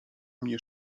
mnie